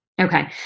Okay